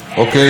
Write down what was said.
אוקיי.